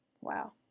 Wow